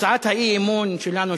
הצעת האי-אמון שלנו,